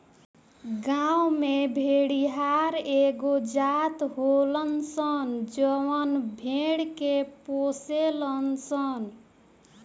गांव में भेड़िहार एगो जात होलन सन जवन भेड़ के पोसेलन सन